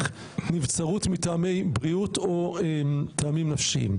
נבצרות מטעמי בריאות או טעמים נפשיים,